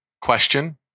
question